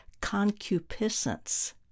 concupiscence